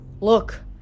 Look